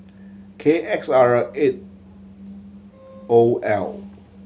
K X R eight O L